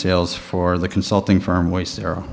sales for the consulting firm waste the